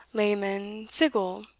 lamen, sigil,